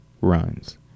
runs